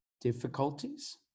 Difficulties